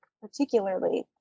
particularly